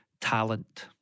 talent